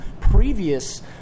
previous